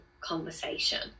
conversation